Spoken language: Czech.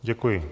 Děkuji.